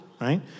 right